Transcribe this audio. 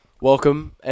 Welcome